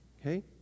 okay